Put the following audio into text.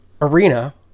arena